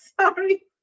Sorry